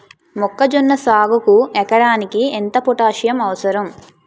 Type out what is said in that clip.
మొక్కజొన్న సాగుకు ఎకరానికి ఎంత పోటాస్సియం అవసరం?